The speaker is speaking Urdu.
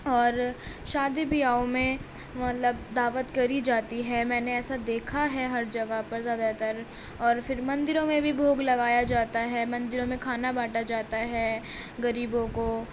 اور شادی بیاہوں میں مطلب دعوت کری جاتی ہے میں نے ایسا نے دیکھا ہے ہر جگہ پر زیادہ تر اور پھر مندروں میں بھی بھوگ لگایا جاتا ہے مندروں میں کھانا بانٹا جاتا ہے غریبوں کو